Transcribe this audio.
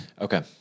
Okay